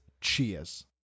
cheers